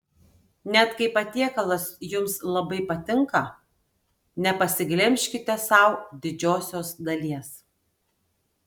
net kai patiekalas jums labai patinka nepasiglemžkite sau didžiosios dalies